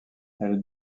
elle